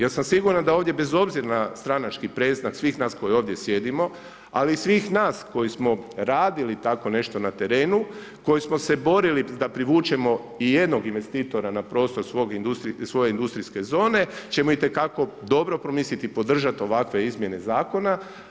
Jer sam siguran da ovdje bez obzira na stranački predznak svih nas koji ovdje sjedimo, ali i svih nas koji smo radili tako nešto na terenu, koji smo se borili da privučemo i jednog investitora na prostor svoje industrijske zone, ćemo itekako dobro promisliti, podržati ovakve izmjene zakona.